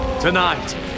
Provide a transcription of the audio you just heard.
Tonight